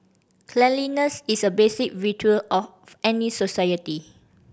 cleanliness is a basic virtue of any society